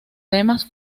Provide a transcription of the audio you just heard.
temas